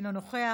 אינו נוכח,